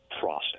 process